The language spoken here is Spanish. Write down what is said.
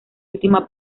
última